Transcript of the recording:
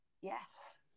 Yes